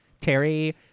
Terry